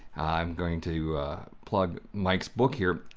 i'm going to plug mike's book here,